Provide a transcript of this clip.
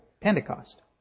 Pentecost